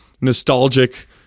nostalgic